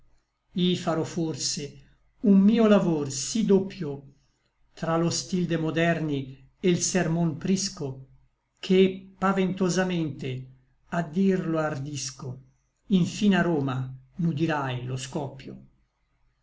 i farò forse un mio lavor sí doppio tra lo stil de moderni e l sermon prisco che paventosamente a dirlo ardisco infin a roma n'udirai lo scoppio